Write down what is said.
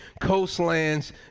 coastlands